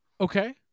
Okay